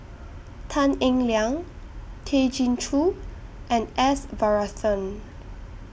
Tan Eng Liang Tay Chin Joo and S Varathan